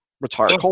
retired